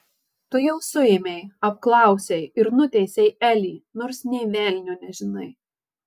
tu jau suėmei apklausei ir nuteisei elį nors nė velnio nežinai